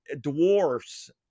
dwarfs